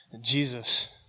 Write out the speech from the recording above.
Jesus